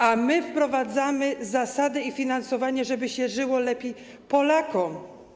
A my wprowadzamy zasady i finansowanie, żeby się żyło lepiej Polakom.